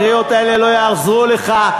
הקריאות האלה לא יעזרו לך,